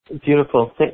Beautiful